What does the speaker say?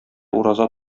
ураза